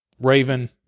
Raven